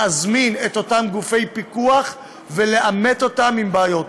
להזמין את אותם גופי פיקוח ולעמת אותם עם בעיות.